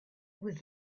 with